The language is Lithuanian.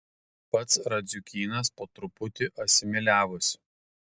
pats radziukynas po truputį asimiliavosi